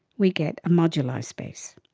we get a moduli space.